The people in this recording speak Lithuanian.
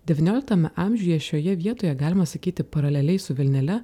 devynioliktame amžiuje šioje vietoje galima sakyti paraleliai su vilnele